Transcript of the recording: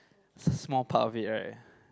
it's a small part of it right